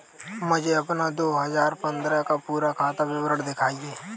मुझे अपना दो हजार पन्द्रह का पूरा खाता विवरण दिखाएँ?